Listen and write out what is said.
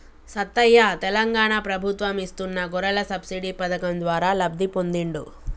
సత్తయ్య తెలంగాణ ప్రభుత్వం ఇస్తున్న గొర్రెల సబ్సిడీ పథకం ద్వారా లబ్ధి పొందిండు